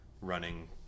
running